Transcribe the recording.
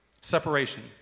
Separation